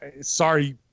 Sorry